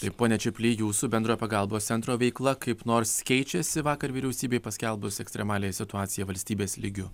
taip pone čiuply jūsų bendrojo pagalbos centro veikla kaip nors keičiasi vakar vyriausybei paskelbus ekstremaliąją situaciją valstybės lygiu